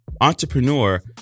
Entrepreneur